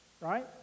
right